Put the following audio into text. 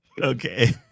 okay